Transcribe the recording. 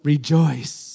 Rejoice